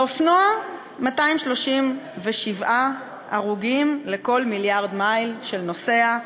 באופנוע, 237 הרוגים לכל מיליארד מייל של נוסע,